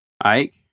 Ike